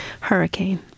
hurricane